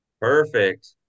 Perfect